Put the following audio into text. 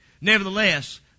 Nevertheless